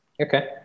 Okay